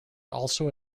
also